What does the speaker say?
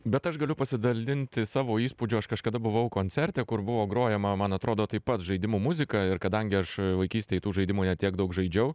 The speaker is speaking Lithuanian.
bet aš galiu pasidalinti savo įspūdžiu aš kažkada buvau koncerte kur buvo grojama man atrodo taip pat žaidimų muzika ir kadangi aš vaikystėj tų žaidimų ne tiek daug žaidžiau